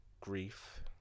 grief